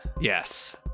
Yes